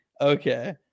okay